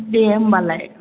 दे होमब्लालाय